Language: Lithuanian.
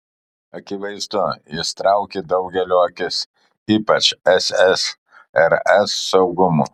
akivaizdu jis traukė daugelio akis ypač ssrs saugumo